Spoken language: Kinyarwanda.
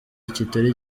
kitari